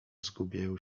zgubię